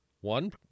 One